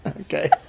okay